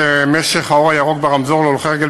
מי שתומך בחוק הזה זה המועצה לשלום הילד.